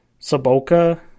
Saboka